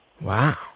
Wow